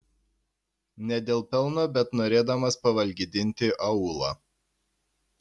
ne dėl pelno bet norėdamas pavalgydinti aūlą